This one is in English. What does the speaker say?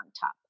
top